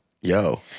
Yo